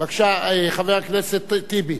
בבקשה, חבר הכנסת טיבי,